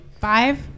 Five